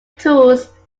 tools